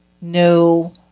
no